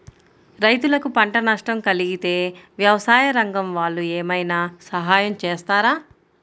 రైతులకు పంట నష్టం కలిగితే వ్యవసాయ రంగం వాళ్ళు ఏమైనా సహాయం చేస్తారా?